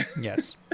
Yes